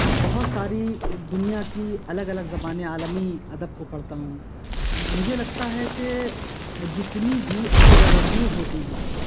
بہت ساری دنیا کی الگ الگ زبانیں عالمی ادب کو پڑھتا ہوں مجھے لگتا ہے کہ جتنی بھی آٹوگرافیز ہوتی ہیں